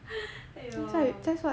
!aiyo!